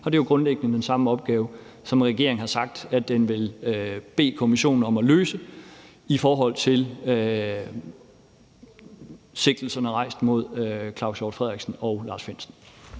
Og det er jo grundlæggende den samme opgave, som regeringen har sagt at den vil bede kommissionen om at løse i forhold til sigtelserne mod Claus Hjort Frederiksen og Lars Findsen.